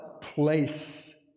place